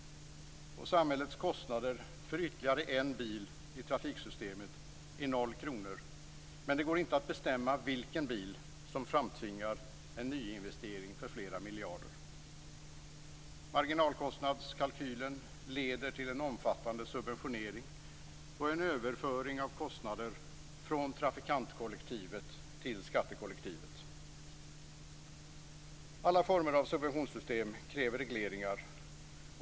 Samhällets kostnader för ytterligare en bil i trafiksystemet är 0 kr, och det går inte att bestämma vilken bil som framtvingar en nyinvestering för flera miljarder. Marginalkostnadskalkylen leder till en omfattande subventionering och en överföring av kostnader från trafikantkollektivet till skattekollektivet. Alla former av subventionssystem kräver regleringar.